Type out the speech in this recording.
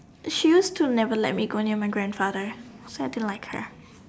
she used to never let me go near my grandfather so I didn't like her